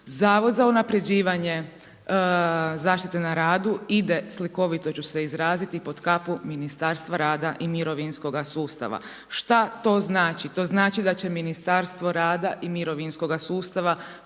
zavod za unapređivanje zaštite na radu ide, slikovito ću se izraziti, pod kapu Ministarstva rada i mirovinskoga sustava. Šta to znači? To znači da će Ministarstvo rada i mirovinskoga sustava